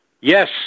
yes